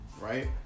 right